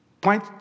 Point